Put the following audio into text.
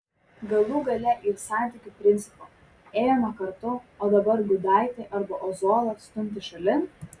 galų gale ir santykių principo ėjome kartu o dabar gudaitį arba ozolą stumti šalin